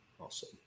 Awesome